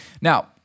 Now